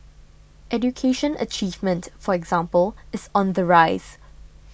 education achievement for example is on the rise